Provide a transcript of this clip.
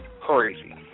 crazy